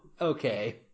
Okay